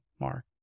Mark